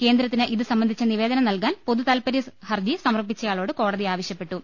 കേന്ദ്രത്തിന് ഇതുസംബന്ധിച്ച നിവേദനം നൽകാൻ പൊതുതാല്പര്യ ഹർജി സമർപ്പിച്ചയാളോട് കോടതി ആവശ്യപ്പെട്ടു